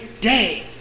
day